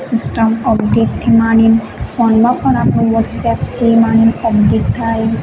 system અપડેટથી માંડીને ફોનમાં પણ આપણું વોટ્સએપથી માંડીને અપડેટ થાય